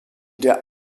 der